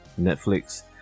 Netflix